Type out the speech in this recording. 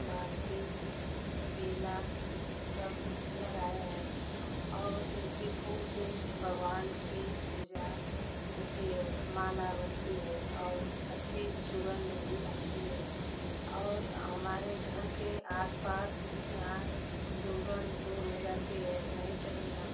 मालती बेला सब लगाए हैं और इनके फूल से भगवान की पूजा होती है माला बनती है और अच्छी सुगंध भी आती है और हमारे घर के आस पास यहाँ की दुर्गंध दूर हो जाती है नहीं चलेगा अब